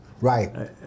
Right